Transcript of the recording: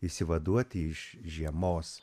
išsivaduoti iš žiemos